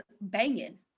banging